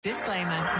Disclaimer